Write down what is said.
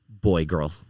boy-girl